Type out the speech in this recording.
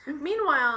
Meanwhile